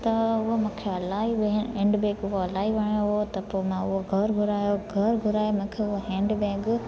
त उहो मूंखे इलाही व हैंडबैग वो इलाही वणियो त मां उहो घर घुरायो घर घुराए मूंखे उहो हैंडबैग